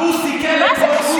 והוא סיכל את, מה זה קשור?